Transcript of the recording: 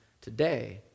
today